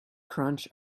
crunch